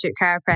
chiropractic